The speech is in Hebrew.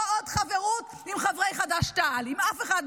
לא עוד חברות עם חברי חד"ש-תע"ל, עם אף אחד מהם.